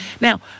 Now